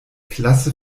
klasse